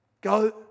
go